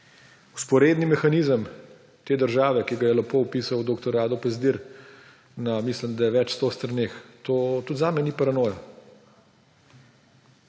Vzporedni mehanizem te države, ki ga je lepo opisal dr. Rado Pezdir na, mislim da, več sto straneh, to tudi zame ni paranoja.